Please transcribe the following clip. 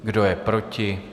Kdo je proti?